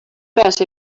peas